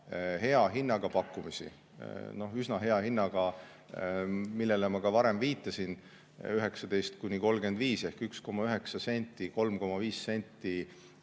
hea hinnaga pakkumisi, üsna hea hinnaga, millele ma ka varem viitasin: 19–35 [eurot megavati